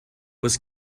was